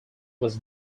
was